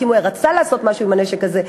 כי אם הוא רצה לעשות משהו עם הנשק הזה,